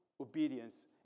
obedience